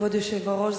כבוד היושב-ראש,